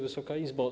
Wysoka Izbo!